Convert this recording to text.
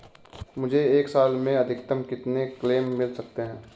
मुझे एक साल में अधिकतम कितने क्लेम मिल सकते हैं?